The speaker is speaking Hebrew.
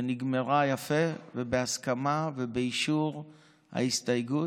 ונגמרה יפה, בהסכמה ובאישור ההסתייגות,